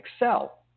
excel